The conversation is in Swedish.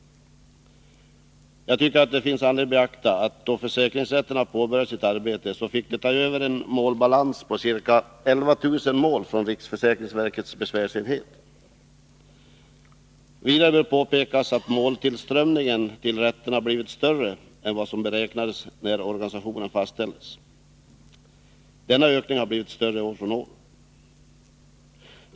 Det bör dock beaktas att försäkringsrätterna då de påbörjade sitt arbete fick ta över en målbalans på ca 11000 mål från riksförsäkringsverkets besvärsenhet. Vidare bör framhållas att måltillströmningen till rätterna har blivit större än vad som beräknades när organisationen fastställdes. Denna ökning har blivit större år från år.